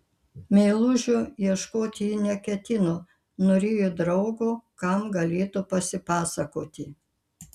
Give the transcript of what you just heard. meilužio ieškoti ji neketino norėjo draugo kam galėtų pasipasakoti